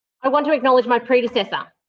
i want to acknowledge my predecessor,